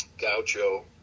Gaucho